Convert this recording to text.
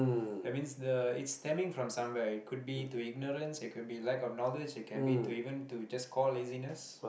that means the it's stemming from somewhere it could be to ignorance it could be lack of knowledge it can be to even to just call laziness